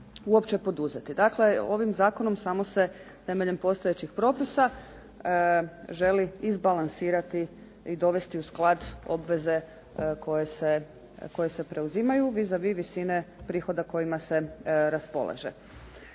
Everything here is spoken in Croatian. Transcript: uopće poduzeti. Dakle, ovim zakonom samo se temeljem postojećih propisa želi izbalansirati i dovesti u sklad obveze koje se preuzimaju vis a vis visine prihoda kojima se raspolaže.